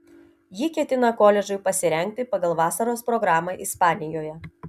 ji ketina koledžui pasirengti pagal vasaros programą ispanijoje